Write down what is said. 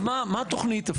מה התוכנית?